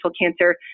cancer